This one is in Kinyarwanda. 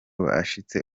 bashitse